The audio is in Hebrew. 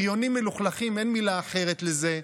בריונים מלוכלכים, אין מילה אחרת לזה.